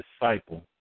disciple